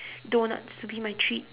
doughnuts to be my treats